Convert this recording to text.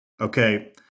Okay